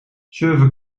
surfen